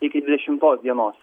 iki dešimtos dienos